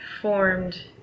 formed